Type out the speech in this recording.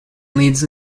leads